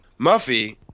Muffy